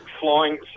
flying